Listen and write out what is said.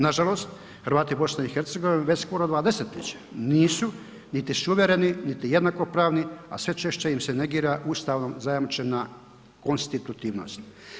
Nažalost Hrvati BiH već skoro 2 desetljeća nisu niti suvereni, niti jednakopravni, a sve češće im se negira ustavom zajamčena konstitutivnost.